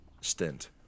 stint